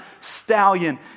stallion